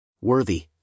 Worthy